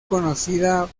conocida